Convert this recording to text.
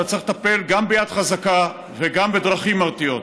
אתה צריך לטפל גם ביד חזקה וגם בדרכים מרתיעות.